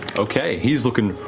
okay, he is looking